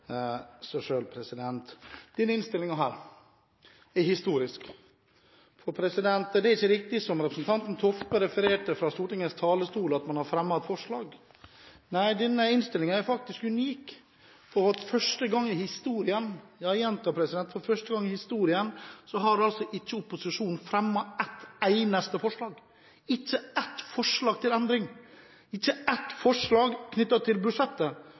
så hvem som her har grunn til å gå litt i seg selv, tror jeg taler for seg selv. Denne innstillingen er historisk. Det er ikke riktig, som representanten Toppe refererte til fra Stortingets talerstol, at man har fremmet et forslag. Nei, denne innstillingen er faktisk unik. For første gang i historien – jeg gjentar: for første gang i historien – har ikke opposisjonen fremmet et eneste forslag: ikke ett forslag til endring, ikke ett forslag